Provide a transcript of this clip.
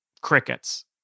crickets